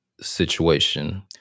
situation